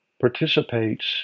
participates